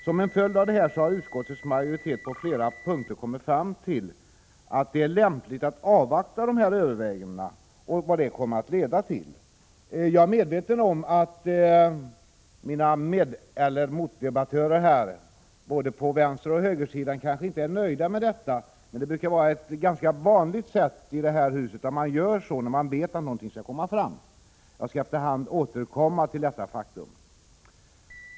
Som en följd av detta har utskottets majoritet på flera punkter kommit fram till att det är lämpligt att avvakta regeringens överväganden. Jag är medveten om att mina medeller motdebattörer på både vänsteroch högersidan kanske inte är nöjda med detta, men det är ganska vanligt att göra så i detta hus när man vet att någonting är på väg. Jag återkommer efter hand till detta faktum.